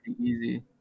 Easy